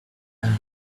and